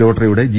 ലോട്ടറിയുടെ G